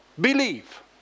Believe